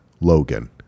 Logan